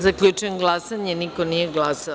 Zaključujem glasanje: niko nije glasao.